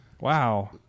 Wow